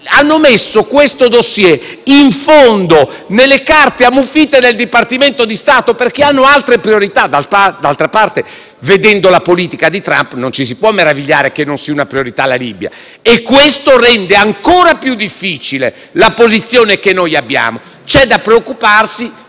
hanno messo questo *dossier* in fondo, tra le carte ammuffite del Dipartimento di Stato, perché hanno altre priorità. D'altra parte, vedendo la politica di Trump, non ci si può meravigliare che la Libia non sia una priorità e questo rende ancora più difficile la nostra posizione. C'è da preoccuparsi: